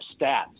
stats